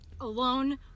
alone